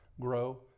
grow